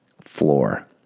floor